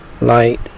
Light